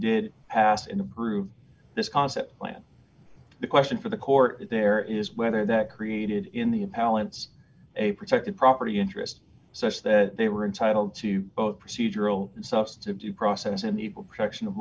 did pass and approve this concept when the question for the court there is whether that created in the appellants a protected property interest such that they were entitled to both procedural substantive due process and equal protection of